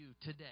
today